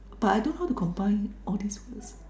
but I don't how to combine all these words